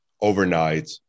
overnight